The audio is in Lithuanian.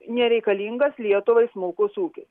nereikalingas lietuvai smulkus ūkis